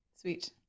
Sweet